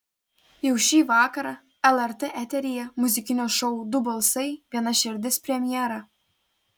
jau šį vakarą lrt eteryje muzikinio šou du balsai viena širdis premjera